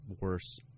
worse